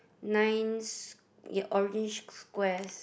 nice ya orange squares